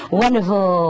wonderful